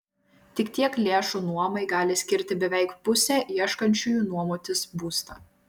tik tiek lėšų nuomai gali skirti beveik pusė ieškančiųjų nuomotis būstą